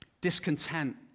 discontent